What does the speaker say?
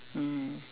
mm